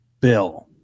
Bill